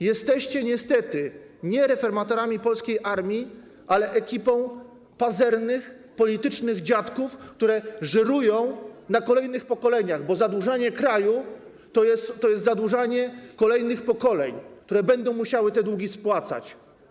Jesteście niestety nie reformatorami polskiej armii, ale ekipą pazernych politycznych dziadków, które żerują na kolejnych pokoleniach, bo zadłużanie kraju to jest zadłużanie kolejnych pokoleń, które będą musiały te długi spłacać.